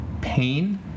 pain